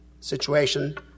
Situation